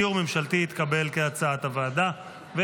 דיור ממשלתי, כהצעת הוועדה, התקבל.